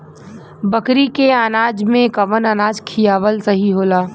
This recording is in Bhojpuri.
बकरी के अनाज में कवन अनाज खियावल सही होला?